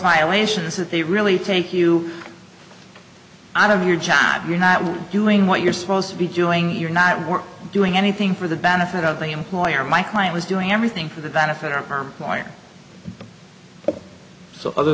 violations that they really take you out of your job you're not doing what you're supposed to be doing you're not we're doing anything for the benefit of the employer my client was doing everything for the benefit of her lawyer so other